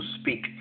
speak